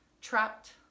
trapped